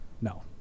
No